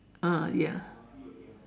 ah ya